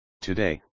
Today